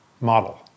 model